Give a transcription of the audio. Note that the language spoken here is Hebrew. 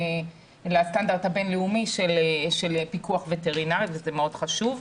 לסטנדרט הבין-לאומי של פיקוח וטרינרי וזה מאוד חשוב.